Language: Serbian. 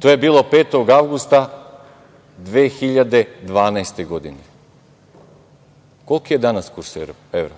To je bilo 5. avgusta 2012. godine. Koliki je danas kurs evra?